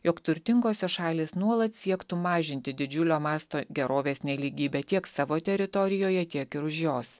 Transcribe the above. jog turtingosios šalys nuolat siektų mažinti didžiulio masto gerovės nelygybę tiek savo teritorijoje tiek ir už jos